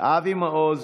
אבי מעוז